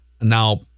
Now